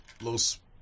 Los